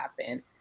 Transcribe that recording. happen